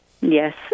Yes